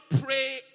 pray